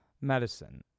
medicine